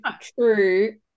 true